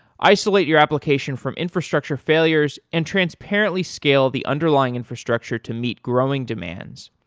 isolate your application from infrastructure failures and transparently scale the underlying infrastructure to meet growing demands,